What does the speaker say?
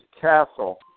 castle